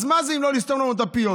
אז מה זה אם לא לסתום לנו את הפיות?